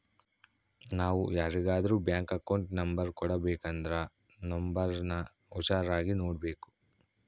ನಾವು ಯಾರಿಗಾದ್ರೂ bank account number ಕೊಡಬೇಕಂದ್ರ ನೋಂಬರ್ನ ಹುಷಾರಾಗಿ ನೋಡ್ಬೇಕು